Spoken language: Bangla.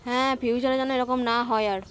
হ্যাঁ ফিউচারে যেন এরকম না হয় আর